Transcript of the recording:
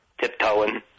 Tiptoeing